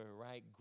right